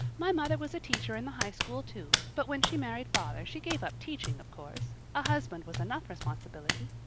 my mother was a teacher in the high school, too, but when she married father she gave up teaching, of course. a husband was enough responsibility.